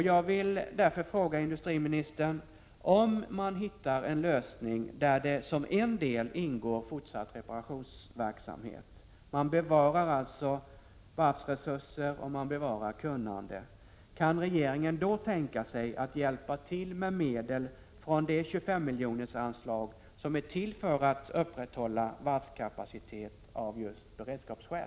Jag vill därför fråga industriministern: Om man hittar en lösning, där det som en del ingår fortsatt reparationsverksamhet, så att man alltså bevarar varvsresurser och kunnande, kan regeringen då tänka sig att hjälpa till med medel från det 25-miljonersanslag som är till för att upprätthålla varvskapacitet av just beredskapsskäl?